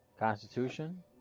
Constitution